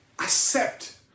Accept